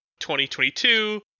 2022